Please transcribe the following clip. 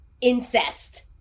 incest